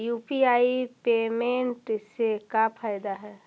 UPI payment से का फायदा है?